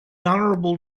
honourable